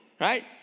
right